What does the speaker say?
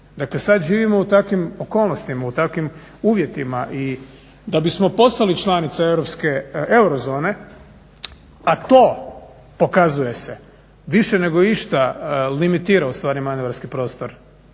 Dakle, sad živimo u takvim okolnostima, u takvim uvjetima i da bismo postali članica eurozone a to pokazuje se više nego išta limitira ustvari manevarski prostor